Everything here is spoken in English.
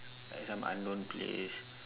at some unknown place